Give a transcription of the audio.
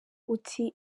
uti